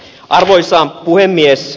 arvoisa puhemies